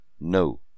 No